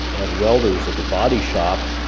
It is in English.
and welders of the body shop,